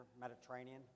Mediterranean